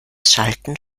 schalten